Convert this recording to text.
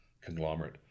conglomerate